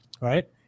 Right